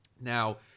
Now